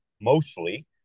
mostly